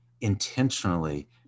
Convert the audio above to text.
intentionally